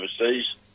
overseas